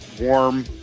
warm